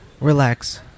relax